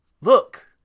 look